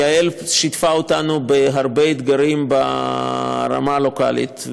יעל שיתפה אותנו בהרבה אתגרים ברמה הלוקלית,